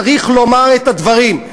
צריך לומר את הדברים: